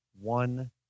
one